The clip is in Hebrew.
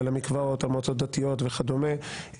על המקוואות או מועצות דתיות וכדומה,